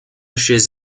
chez